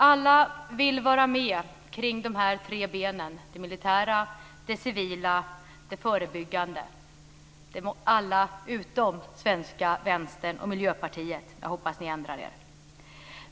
Alla vill vara med kring de tre benen: det militära, det civila, det förebyggande - alla utom den svenska Vänstern och Miljöpartiet. Jag hoppas att ni ändrar er.